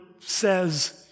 says